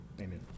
Amen